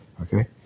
Okay